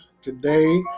today